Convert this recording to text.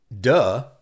duh